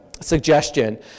suggestion